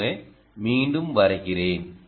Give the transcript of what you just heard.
எனவேமீண்டும் வரைகிறேன்